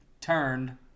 turned